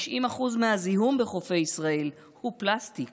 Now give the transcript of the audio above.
90% מהזיהום בחופי ישראל הוא פלסטיק.